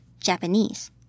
Japanese